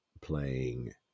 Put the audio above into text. playing